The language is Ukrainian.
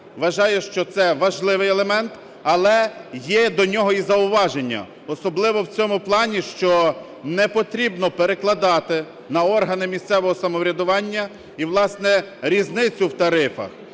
вважає, що це важливий елемент, але є до нього і зауваження, особливо в тому плані, що не потрібно перекладати на органи місцевого самоврядування і власне різницю в тарифах.